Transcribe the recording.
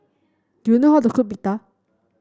do you know how to cook Pita